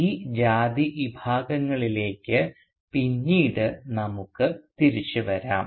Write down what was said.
ഈ ജാതി വിഭാഗങ്ങളിലേക്ക് പിന്നീട് നമുക്ക് തിരിച്ചു വരാം